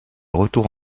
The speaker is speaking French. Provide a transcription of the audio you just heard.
retour